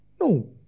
No